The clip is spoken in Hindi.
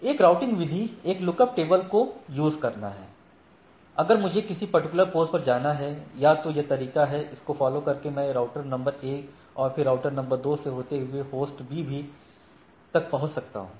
एक राउटिंग विधि एक लुकअप टेबल को यूज करना है अगर मुझे किसी पर्टिकुलर पोस्ट पर जाना है वह तो यह तरीका है इस को फॉलो कर मैं राउटर नंबर 1 और फिर राउटर नंबर 2 से होते हुए होस्ट B भी तक पहुंच सकता हूं